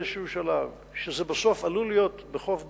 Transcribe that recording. בשלב כלשהו שזה בסוף עלול להיות בחוף דור.